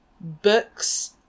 books